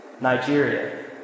Nigeria